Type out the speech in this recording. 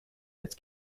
its